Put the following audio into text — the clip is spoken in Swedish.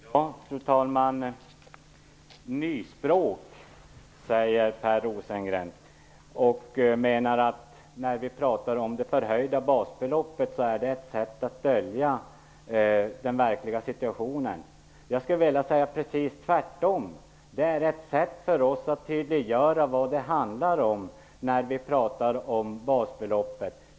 Fru talman! Per Rosengren talar om nyspråk och menar att när vi talar om det förhöjda basbeloppet är det ett sätt att dölja den verkliga situationen. Jag skulle vilja säga att det är precis tvärtom. Det är ett sätt för oss att tydliggöra vad det handlar om när vi talar om basbeloppet.